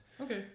Okay